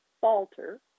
Falter